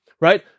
right